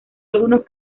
algunos